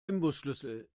imbusschlüssel